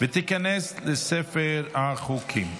ותיכנס לספר החוקים.